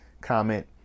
comment